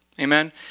Amen